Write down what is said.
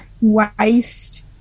waste